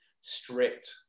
strict